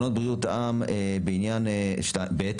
ב.